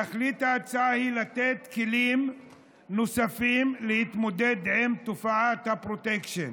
תכלית ההצעה היא לתת כלים נוספים להתמודד עם תופעת הפרוטקשן.